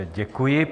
Děkuji.